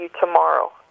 tomorrow